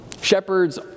shepherds